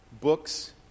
books